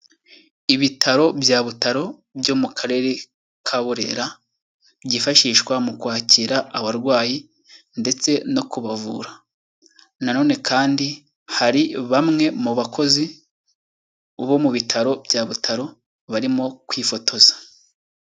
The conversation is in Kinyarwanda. Ibitaro bya Butaro byo mu karere ka Burera, byifashishwa mu kwakira abarwayi ndetse no kubavura. Na none kandi hari bamwe mu bakozi bo mu bitaro bya Butaro barimo kwifotoza.